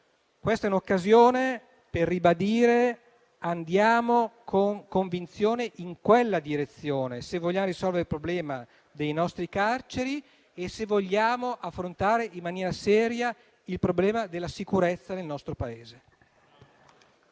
questa è un'occasione per ribadire l'invito ad andare con convinzione in quella direzione, se vogliamo risolvere il problema delle nostre carceri e se vogliamo affrontare in maniera seria il problema della sicurezza nel nostro Paese.